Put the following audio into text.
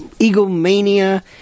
egomania